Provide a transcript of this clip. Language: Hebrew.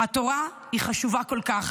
התורה היא חשובה כל כך